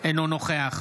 אינו נוכח